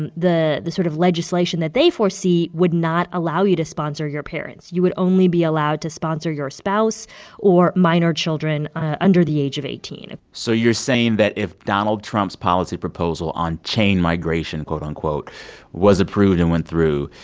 and the the sort of legislation that they foresee would not allow you to sponsor your parents. you would only be allowed to sponsor your spouse or minor children under the age of eighteen point so you're saying that if donald trump's policy proposal on chain migration, quote-unquote, was approved and went through,